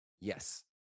yes